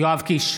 יואב קיש,